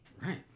right